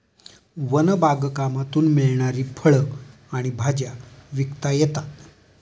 one बागकामातून मिळणारी फळं आणि भाज्या विकता येतात